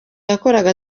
yakoraga